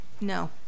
no